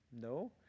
No